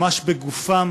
ממש בגופם.